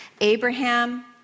Abraham